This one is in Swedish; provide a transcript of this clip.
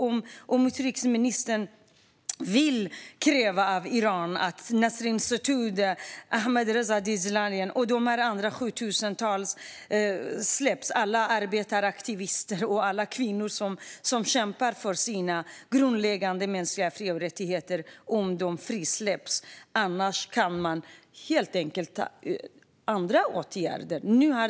Vill utrikesministern kräva av Iran att Nasrin Sotoudeh, Ahmadreza Djalali och de andra tusentals människorna släpps - alla arbetaraktivister och kvinnor som kämpar för sina grundläggande mänskliga fri och rättigheter? Annars kan man helt enkelt vidta andra åtgärder.